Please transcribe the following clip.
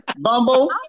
Bumble